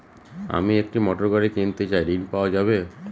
আমি একটি মোটরগাড়ি কিনতে চাই ঝণ পাওয়া যাবে?